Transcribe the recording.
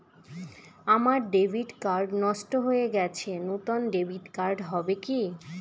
আমার debit card নষ্ট হয়ে গেছে নূতন ডেবিট কার্ড হবে কি?